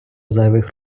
зайвих